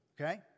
Okay